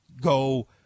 go